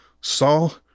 Saul